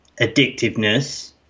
addictiveness